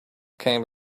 came